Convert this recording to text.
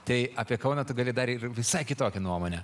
tai apie kauną tu gali dar ir visai kitokią nuomonę